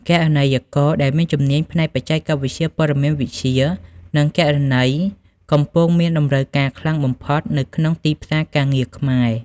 គណនេយ្យករដែលមានជំនាញផ្នែកបច្ចេកវិទ្យាព័ត៌មានវិទ្យា និងគណនេយ្យ កំពុងមានតម្រូវការខ្លាំងបំផុតនៅក្នុងទីផ្សារការងារខ្មែរ។